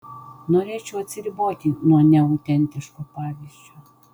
norėčiau atsiriboti nuo neautentiško pavyzdžio